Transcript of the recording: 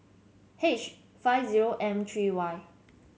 H five zero M three Y